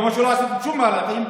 כמו שלא עשיתם שום מהלכים,